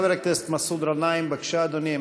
חבר הכנסת מסעוד גנאים, בבקשה, אדוני.